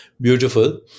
beautiful